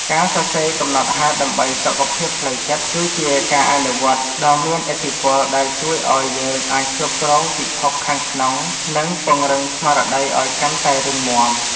ការសរសេរកំណត់ហេតុដើម្បីសុខភាពផ្លូវចិត្ត គឺជាការអនុវត្តដ៏មានឥទ្ធិពលដែលជួយឱ្យយើងអាចគ្រប់គ្រងពិភពខាងក្នុង និងពង្រឹងស្មារតីឱ្យកាន់តែរឹងមាំ។